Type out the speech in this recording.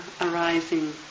arising